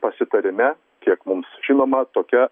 pasitarime kiek mums žinoma tokia